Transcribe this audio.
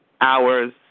hours